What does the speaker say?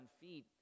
feet